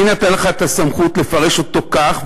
מי נתן לך את הסמכות לפרש אותו כך?